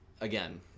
again